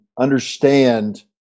understand